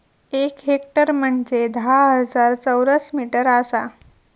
एक हेक्टर म्हंजे धा हजार चौरस मीटर आसा